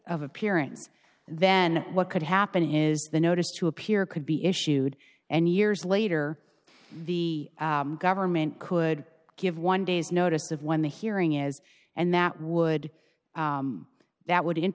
of appearance then what could happen is the notice to appear could be issued and years later the government could give one day's notice of when the hearing is and that would that would